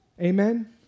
Amen